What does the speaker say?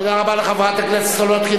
תודה רבה לחברת הכנסת סולודקין.